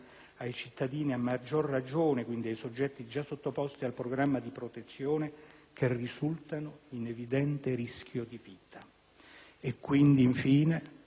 dei cittadini, a maggior ragione dei soggetti già sottoposti a programma di protezione, che risultano in evidente rischio di vita. Infine